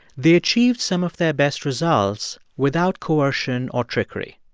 they achieved some of their best results without coercion or trickery.